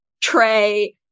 Trey